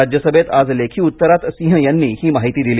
राज्यसभेत आज लेखी उत्तरात सिंह यांनी हि माहिती दिली